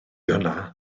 hwnna